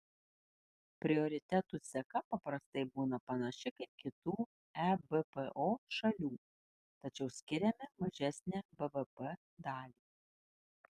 prioritetų seka paprastai būna panaši kaip kitų ebpo šalių tačiau skiriame mažesnę bvp dalį